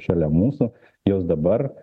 šalia mūsų jos dabar